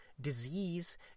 disease